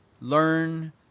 learn